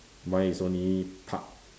mine is only park